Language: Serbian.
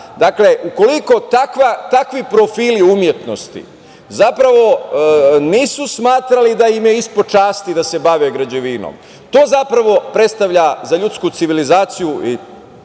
ukoliko takvi profili umetnosti zapravo nisu smatrali da im je ispod čast da se bave građevinom to zapravo predstavlja za ljudsku civilizaciju,